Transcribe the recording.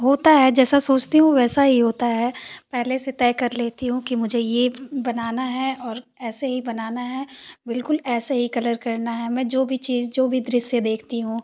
होता है जैसा सोचती हूँ वैसा ही होता है पहले से तय कर लेती हूँ कि मुझे ये बनाना है और ऐसे ही बनाना है बिल्कुल ऐसे ही कलर करना है मैं जो भी चीज़ जो भी दृश्य देखती हूँ